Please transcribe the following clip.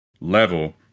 level